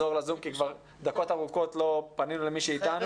אנחנו רגע נחזור לזום כי כבר דקות ארוכות לא פנינו למי שאיתנו.